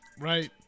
right